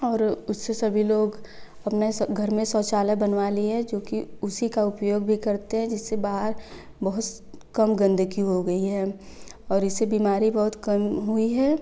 और उससे सभी लोग अपने घर में शौचालय बनवा लिए हैं जो कि उसी का उपयोग भी करते हैं जिससे बाहर बहुत कम गंदगी हो गई है और इससे बीमारी बहुत कम हुई है